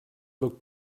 looked